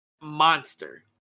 monster